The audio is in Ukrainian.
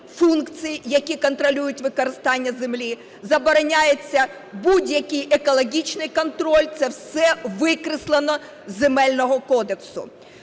функцій, які контролюють використання землі; забороняється будь-який екологічний контроль. Це все викреслено з Земельного кодексу.